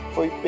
Foi